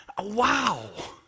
Wow